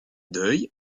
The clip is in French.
deuil